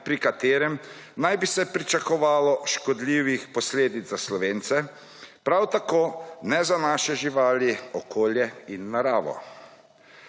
pri katerem naj bi se pričakovalo škodljivih posledic za Slovence, prav tako ne za naše živali, okolje in naravo.